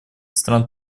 стран